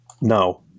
no